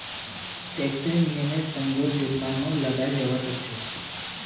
टैक्सेर नियमेर संगअ जुर्मानो लगाल जाबा सखछोक